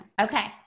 Okay